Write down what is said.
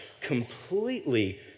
completely